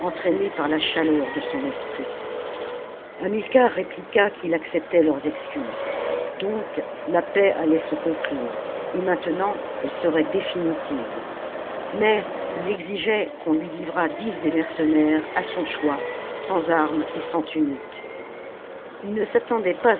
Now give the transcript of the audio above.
entraîné par la chaleur de son esprit hamilcar répliqua qu'il acceptait leurs excuses donc la paix allait se conclure et maintenant elle serait définitive mais il exigeait qu'on lui livrât dix des mercenaires à son choix sans armes et sans tunique ils ne s'attendaient pas